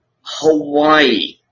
Hawaii